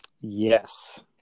Yes